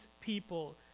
people